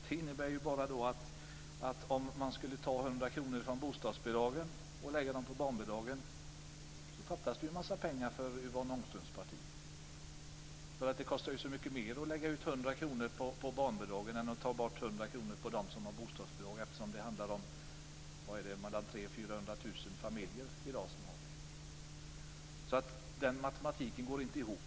Det innebär att om man skulle ta 100 kr från bostadsbidragen och lägga dem på barnbidragen så fattas det en massa pengar för Yvonne Ångströms parti. Det kostar ju mycket mer att lägga 100 kr på barnbidragen än att ta bort 100 kr från dem som har bostadsbidrag, eftersom det handlar om mellan 300 000 och 400 000 familjer i dag som har det. Den matematiken går inte ihop.